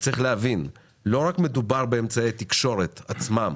צריך להבין: לא רק מדובר באמצעי התקשורת עצמם,